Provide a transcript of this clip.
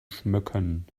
schmücken